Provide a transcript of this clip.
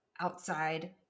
outside